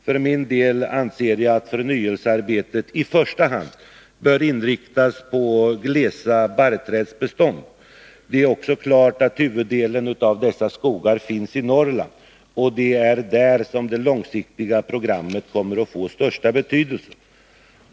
För min del anser jag att förnyelsearbetet i första hand bör inriktas på glesa barrträdsbestånd. Det är också klart att huvuddelen av dessa skogar finns i Norrland. Det är där som det långsiktiga programmet kommer att få största betydelsen.